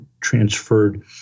transferred